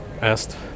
asked